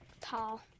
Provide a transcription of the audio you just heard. Tall